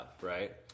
right